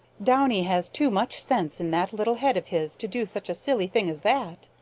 downy has too much sense in that little head of his to do such a silly thing as that.